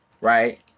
Right